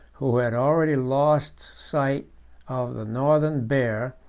who had already lost sight of the northern bear,